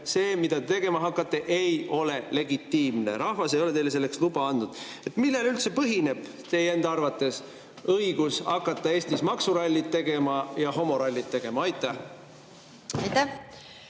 see, mida te tegema hakkate, ei ole legitiimne – rahvas ei ole teile selleks luba andnud. Millel üldse põhineb teie enda arvates õigus hakata Eestis maksurallit ja homorallit tegema? Aitäh!